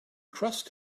trust